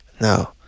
No